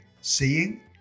seeing